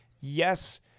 yes